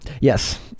Yes